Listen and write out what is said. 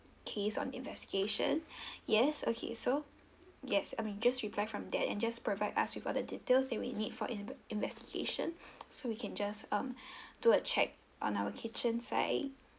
case on investigation yes okay so yes um just reply from there and just provide us with all the details that we need for in~ investigation so we can just um do a check on our kitchen side